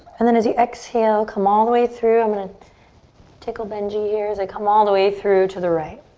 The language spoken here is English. and then as you exhale, come all the way through. i'm gonna tickle benji here as i come all the way through to the right.